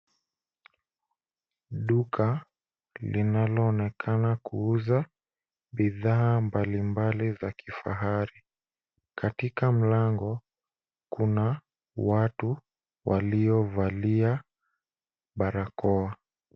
Duka linaloonekana kuuza bidhaa mbalimbali za kifahari. Katika mlango kuna watu waliovalia barakoa.